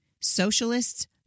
Socialists